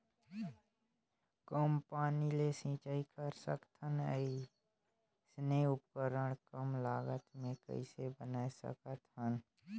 कम पानी ले सिंचाई कर सकथन अइसने उपकरण कम लागत मे कइसे बनाय सकत हन?